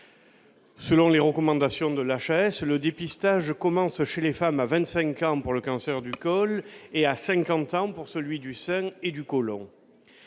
Selon les recommandations de la chasse, le dépistage commence chez les femmes à 25 ans pour le cancer du col et à 50 ans pour celui du sein et du colon,